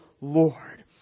Lord